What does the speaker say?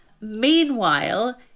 Meanwhile